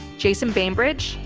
jason bainbridge,